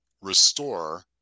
restore